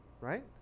right